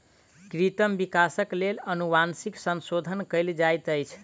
कृत्रिम विकासक लेल अनुवांशिक संशोधन कयल जाइत अछि